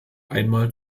einmal